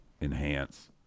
Enhance